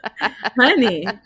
Honey